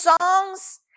songs